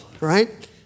right